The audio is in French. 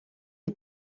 est